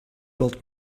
built